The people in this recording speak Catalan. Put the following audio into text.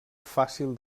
fàcil